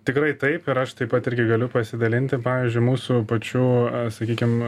tikrai taip ir aš taip pat irgi galiu pasidalinti pavyzdžiui mūsų pačių sakykim